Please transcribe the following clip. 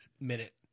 minute